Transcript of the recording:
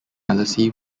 alesi